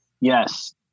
Yes